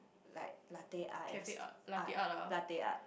like latte art and art latte art